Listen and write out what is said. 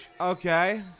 Okay